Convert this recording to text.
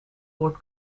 hoort